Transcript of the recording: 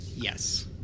Yes